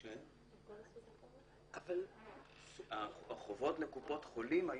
המטרה שלנו היא שיסדירו את חובם ולא